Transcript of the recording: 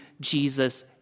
Jesus